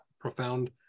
profound